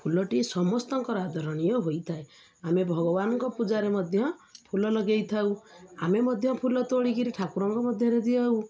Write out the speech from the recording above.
ଫୁଲଟି ସମସ୍ତଙ୍କର ଆଦରଣୀୟ ହୋଇଥାଏ ଆମେ ଭଗବାନଙ୍କ ପୂଜାରେ ମଧ୍ୟ ଫୁଲ ଲଗେଇଥାଉ ଆମେ ମଧ୍ୟ ଫୁଲ ତୋଳିକିରି ଠାକୁରଙ୍କ ମଧ୍ୟରେ ଦିଅଉ